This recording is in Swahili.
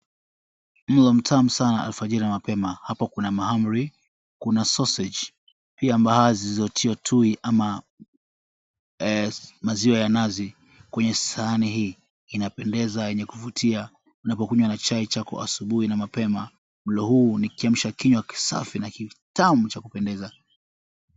Mlo mtamu sana wa alfajiri na mapema. Hapo kuna mahamri, kuna sausage , pia mbaazi zilizotiwa tui ama maziwa ya nazi kwenye sahani hii. Inapendeza yenye kuvutia; unapokunywa na chai chako asubuhi na mapema. Mlo huu ni kiamsha kinywa kisafi na kitamu cha kupendeza.